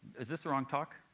is this the wrong talk?